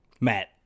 matt